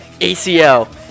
ACL